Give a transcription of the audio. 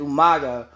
Umaga